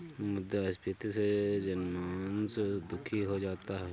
मुद्रास्फीति से जनमानस दुखी हो जाता है